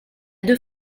deux